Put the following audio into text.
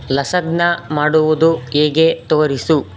lasagna ಮಾಡುವುದು ಹೇಗೆ ತೋರಿಸು